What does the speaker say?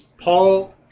Paul